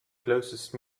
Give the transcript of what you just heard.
closest